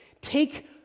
take